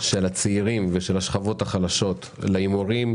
של הצעירים ושל השכבות החלשות להימורים,